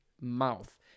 mouth